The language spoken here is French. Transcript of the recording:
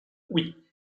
oui